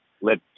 let